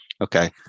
okay